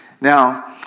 Now